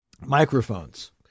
Microphones